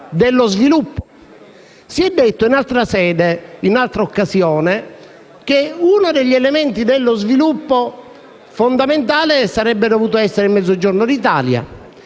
dello sviluppo. Si è detto in altra sede e altra occasione che uno degli elementi fondamentali dello sviluppo sarebbe dovuto essere il Mezzogiorno d'Italia.